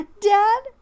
Dad